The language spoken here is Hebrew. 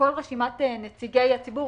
כל רשימת נציגי הציבור,